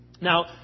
Now